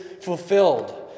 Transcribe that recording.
fulfilled